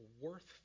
worth